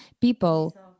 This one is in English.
people